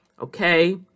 okay